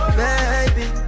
baby